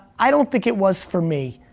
i don't think it was for me.